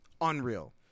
unreal